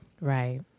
right